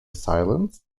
silence